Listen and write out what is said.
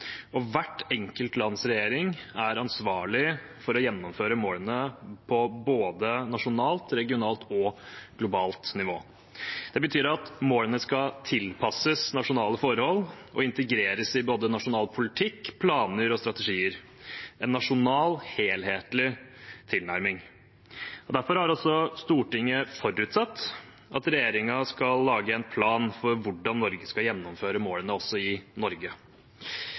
Hvert enkelt lands regjering er ansvarlig for å gjennomføre målene på både nasjonalt, regionalt og globalt nivå. Det betyr at målene skal tilpasses nasjonale forhold og integreres i både nasjonal politikk, planer og strategier. Det er en nasjonal, helhetlig tilnærming. Derfor har Stortinget forutsatt at regjeringen skal lage en plan for hvordan Norge skal gjennomføre målene også